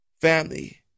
Family